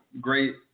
great